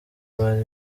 bari